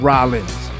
Rollins